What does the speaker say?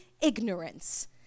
ignorance